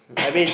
I mean